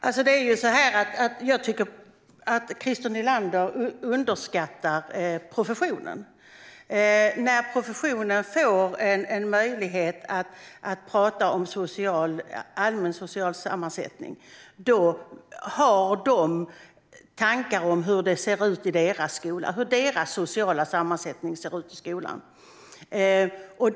Herr talman! Jag tycker att Christer Nylander underskattar professionen. När professionen får en möjlighet att prata om allmän social sammansättning har de tankar om hur den sociala sammansättningen ser ut i deras skola.